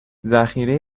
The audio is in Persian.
ذخیره